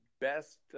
best